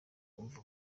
bumva